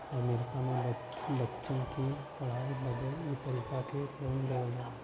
अमरीका मे बच्चन की पढ़ाई बदे ई तरीके क लोन देवल जाला